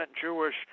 Jewish